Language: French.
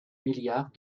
milliards